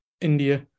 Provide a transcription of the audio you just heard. india